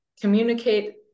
communicate